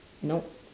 nope